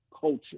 culture